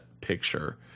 picture